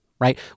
right